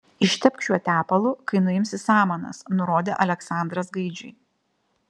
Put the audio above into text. ištepk šiuo tepalu kai nuimsi samanas nurodė aleksandras gaidžiui